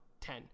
ten